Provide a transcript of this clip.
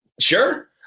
Sure